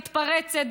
מתפרצת,